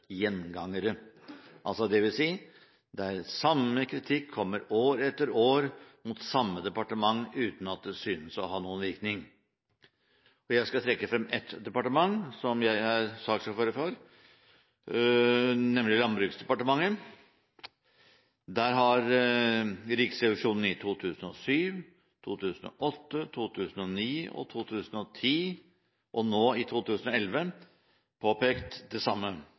gjengangere. Det vil altså si at samme kritikk kommer år etter år mot samme departement uten at det synes å ha noen virkning. Jeg skal trekke frem ett departement, som jeg er saksordfører for, nemlig Landbruksdepartementet. Der har Riksrevisjonen i 2007, 2008, 2009, 2010 og nå i 2011 påpekt det samme,